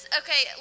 okay